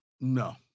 No